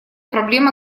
проблема